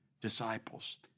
disciples